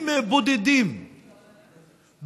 אתם יודעים מה קורה